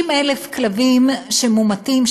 60,000 כלבים שמומתים,